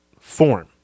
form